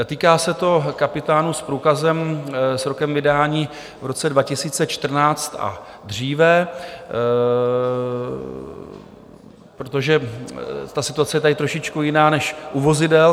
Týká se to kapitánů s průkazem s rokem vydání v roce 2014 a dříve, protože ta situace je tady trošičku jiná než u vozidel.